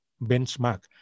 benchmark